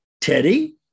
Teddy